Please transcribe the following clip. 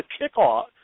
kickoff